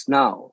now